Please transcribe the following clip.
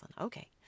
Okay